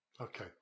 Okay